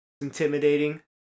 intimidating